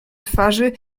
twarzy